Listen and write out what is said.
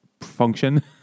function